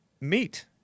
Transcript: meet